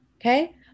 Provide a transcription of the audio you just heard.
okay